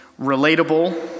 relatable